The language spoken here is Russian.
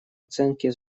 оценке